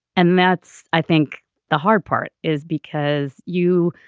and that's i think the hard part is because you